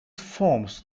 forms